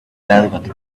velvet